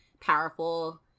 powerful